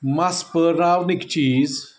مَس پٲراونٕکۍ چیٖز